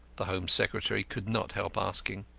the home secretary could not help asking.